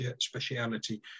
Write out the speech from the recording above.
speciality